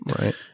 Right